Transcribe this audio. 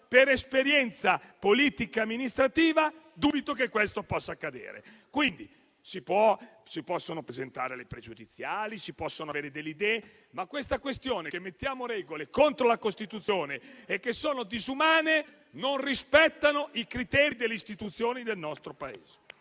per esperienza politica ed amministrativa, che questo possa accadere. Quindi, si possono presentare le questioni pregiudiziali, si possono avere delle idee, ma la tesi che introduciamo regole contro la Costituzione e che sono disumane non rispetta i criteri delle istituzioni del nostro Paese.